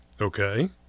Okay